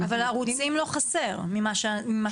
אבל ערוצים לא חסר ממה שאני יודעת.